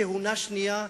כהונה שנייה,